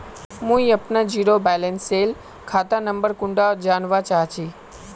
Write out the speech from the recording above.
मुई अपना zero balance सेल खाता नंबर कुंडा जानवा चाहची?